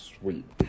Sweet